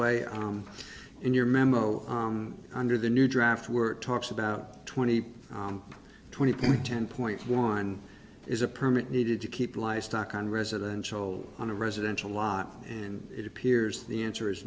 way on in your memo under the new draft were talks about twenty twenty point ten point one is a permit needed to keep livestock on residential on a residential lot and it appears the answer is